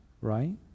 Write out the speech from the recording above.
right